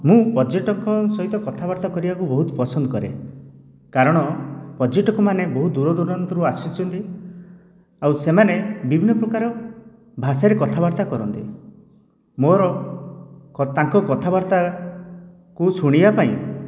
ମୁଁ ପର୍ଯ୍ୟଟକଙ୍କ ସହିତ କଥାବାର୍ତ୍ତା କରିବାକୁ ବହୁତ ପସନ୍ଦ କରେ କାରଣ ପର୍ଯ୍ୟଟକମାନେ ବହୁତ ଦୂରଦୁରନ୍ତରୁ ଆସିଛନ୍ତି ଆଉ ସେମାନେ ବିଭିନ୍ନ ପ୍ରକାର ଭାଷାରେ କଥାବାର୍ତ୍ତା କରନ୍ତି ମୋର ତାଙ୍କ କଥାବାର୍ତ୍ତାକୁ ଶୁଣିବା ପାଇଁ